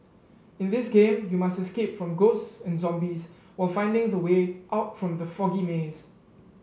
in this game you must escape from ghosts and zombies while finding the way out from the foggy maze